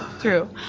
true